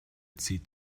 zieht